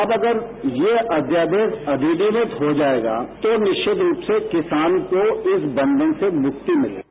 अब अगर ये अध्यादेश अधिनियमित हो जाएगा तो निरिचत रूप से किसान को इस बंधन से मुक्ति मिलेगी